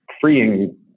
freeing